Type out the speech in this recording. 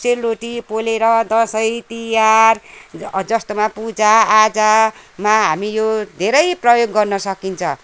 सेलरोटी पोलेर दसैँ तिहार जस्तोमा पूजाआजामा हामी यो धेरै प्रयोग गर्नसकिन्छ